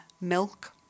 milk